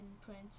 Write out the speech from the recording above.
prince